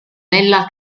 nella